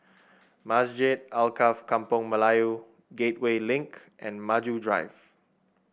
Masjid Alkaff Kampung Melayu Gateway Link and Maju Drive